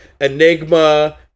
enigma